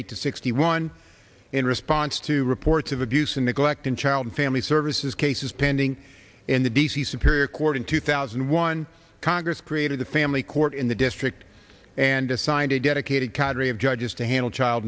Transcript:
eight to sixty one in response to reports of abuse and neglect in child and family services cases pending in the d c superior court in two thousand and one congress created a family court in the district and assigned a dedicated cadre of judges to handle child